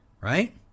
Right